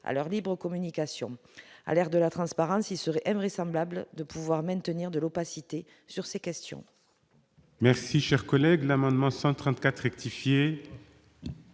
à leur libre communication a l'air de la transparence, il serait invraisemblable de pouvoir maintenir de l'opacité sur ces questions.